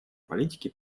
политики